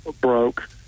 broke